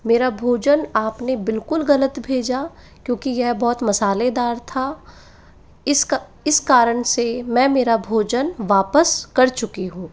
मेरा भोजन आप ने बिल्कुल गलत भेजा क्योंकि यह बहुत मसालेदार था इसका इस कारण से मैं मेरा भोजन वापस कर चुकी हूँ